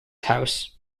house